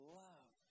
love